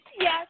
Yes